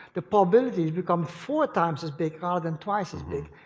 the probabilities become four times as big rather than twice as big.